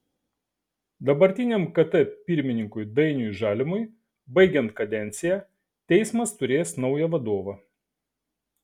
dabartiniam kt pirmininkui dainiui žalimui baigiant kadenciją teismas turės naują vadovą